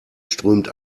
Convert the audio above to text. strömt